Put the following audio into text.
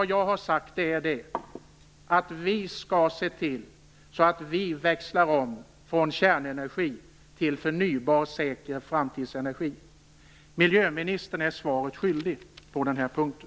Jag har sagt att vi skall se till att vi växlar om från kärnenergi till förnybar och säker framtidsenergi. Miljöministern är mig svaret skyldig på den här punkten.